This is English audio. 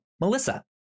melissa